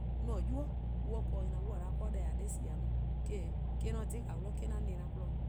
'An-a' 'nynuu' 'ye-a ken-dih :nyna on 'ye-a 'o deh :a 'de :sie-dih on :eh-: :dhe-dih 'o, eh-: :mor 'on :dhe-dih 'an ma-dih :porluh-dih-dih.